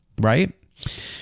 Right